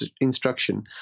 instruction